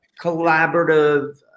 collaborative